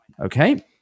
Okay